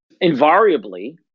invariably